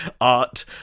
art